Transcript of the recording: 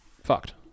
fucked